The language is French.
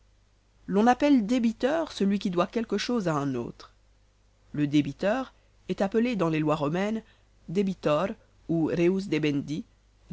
l'on appelle débiteur celui qui doit quelque chose à un autre le débiteur est appelé dans les lois romaines debitor ou